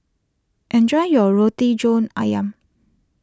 enjoy your Roti John Ayam